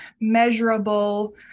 measurable